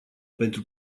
pentru